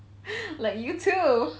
like you too